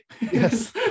yes